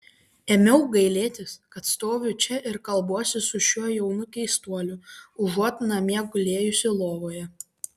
ėmiau gailėtis kad stoviu čia ir kalbuosi su šiuo jaunu keistuoliu užuot namie gulėjusi lovoje